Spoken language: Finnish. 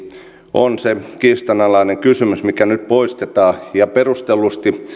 on se kiistanalainen kysymys ja se nyt poistetaan ja perustellusti